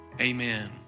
Amen